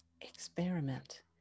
Experiment